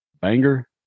banger